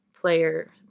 player